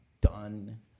done